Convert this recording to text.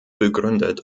begründet